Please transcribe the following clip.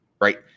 Right